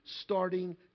starting